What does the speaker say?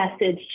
message